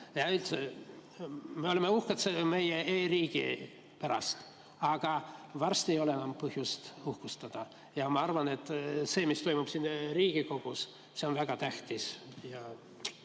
Me oleme uhked meie e-riigi üle, aga varsti ei ole enam põhjust uhkustada. Ma arvan, et see, mis toimub siin Riigikogus, on väga tähtis.